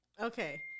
okay